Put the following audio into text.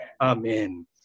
Amen